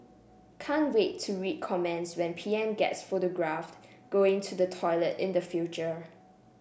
can't wait to read comments when P M gets photographed going to the toilet in the future